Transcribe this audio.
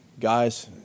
Guys